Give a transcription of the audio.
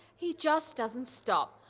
he just doesn't stop.